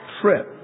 trip